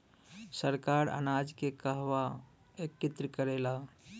सरकार अनाज के कहवा एकत्रित करेला?